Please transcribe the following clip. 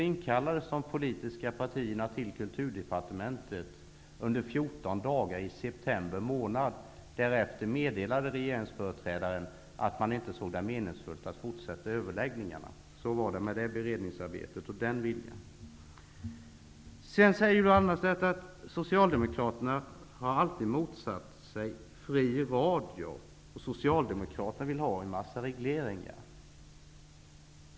I Kulturdepartementet under 14 dagar i september månad. Därefter meddelade regeringsföreträdaren att man inte ansåg det vara meningsfullt att fortsätta överläggningarna. Så var det med det beredningsarbetet och med viljan i det avseendet! Sedan säger Ylva Annerstedt att Socialdemokraterna alltid har motsatt sig en fri radio. Hon säger också att Socialdemokraterna vill ha en mängd regleringar.